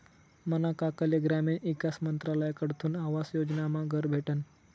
मना काकाले ग्रामीण ईकास मंत्रालयकडथून आवास योजनामा घर भेटनं